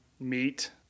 meat